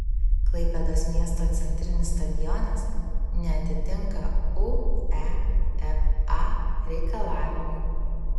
klaipėdos miesto centrinis stadionas neatitinka uefa reikalavimų